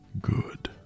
Good